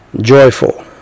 joyful